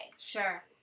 Sure